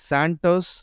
Santos